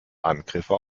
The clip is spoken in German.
angriffe